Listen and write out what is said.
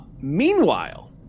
Meanwhile